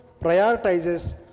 prioritizes